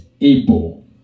able